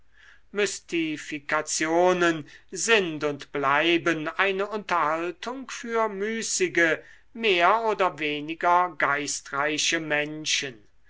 mystifikationen sind und bleiben eine unterhaltung für müßige mehr oder weniger geistreiche menschen